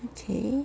okay